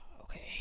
Okay